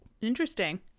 Interesting